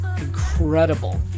incredible